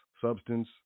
substance